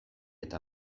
eta